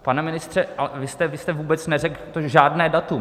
Pane ministře, vy jste vůbec neřekl žádné datum.